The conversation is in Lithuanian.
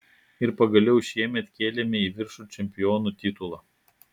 ir pagaliau šiemet kėlėme į viršų čempionų titulą